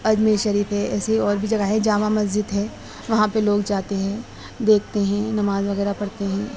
اجمیر شریف ہے ایسی اور بھی جگہ ہے جامع مسجد ہے وہاں پہ لوگ جاتے ہیں دیکھتے ہیں نماز وغیرہ پرڑھتے ہیں